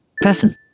Person